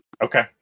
Okay